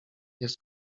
jest